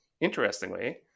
Interestingly